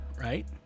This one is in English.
right